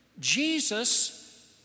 Jesus